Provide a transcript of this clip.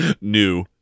New